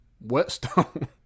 Whetstone